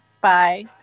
Bye